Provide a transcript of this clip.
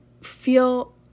feel